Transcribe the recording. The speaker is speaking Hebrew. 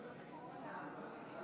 גולן אושרה ותעבור לדיון בוועדת העבודה